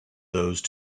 those